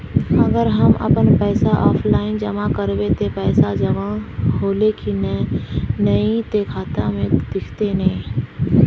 अगर हम अपन पैसा ऑफलाइन जमा करबे ते पैसा जमा होले की नय इ ते खाता में दिखते ने?